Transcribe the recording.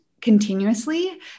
continuously